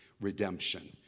redemption